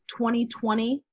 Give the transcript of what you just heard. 2020